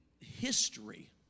history